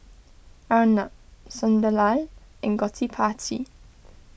Arnab Sunderlal in Gottipati